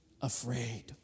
afraid